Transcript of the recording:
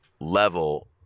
level